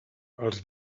els